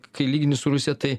kai lygini su rusija tai